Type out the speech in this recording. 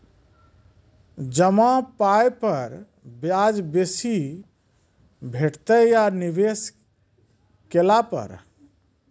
जमा पाय पर ब्याज बेसी भेटतै या निवेश केला पर?